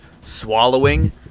swallowing